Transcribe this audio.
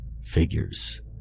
figures